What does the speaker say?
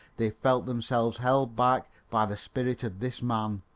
they felt themselves held back by the spirit of this man,